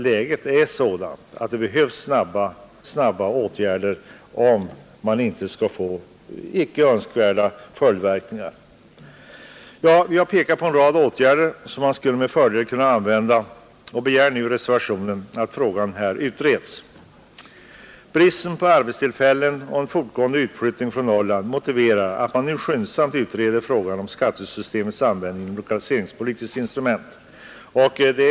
Läget är sådant att snabba åtgärder behövs för att icke önskvärda följdverkningar inte skall uppstå. Jag har här pekat på en rad åtgärder som med fördel skulle kunna användas, och vi begär i reservationen 1 att dessa frågor utreds. Bristen på arbetstillfällen och en fortgående utflyttning från Norrland motiverar att frågan om skattesystemets användning som lokaliseringspolitiskt instrument skyndsamt utreds.